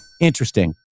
Interesting